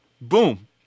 Boom